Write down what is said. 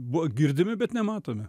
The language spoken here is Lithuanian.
buvo girdimi bet nematomi